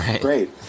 great